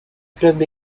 club